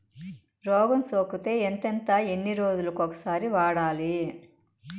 రోగం సోకితే ఎంతెంత ఎన్ని రోజులు కొక సారి వాడాలి?